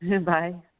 Bye